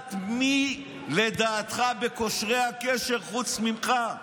לדעת מי לדעתך בקושרי הקשר חוץ ממך.